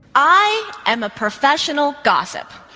i am a professional gossip.